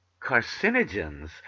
carcinogens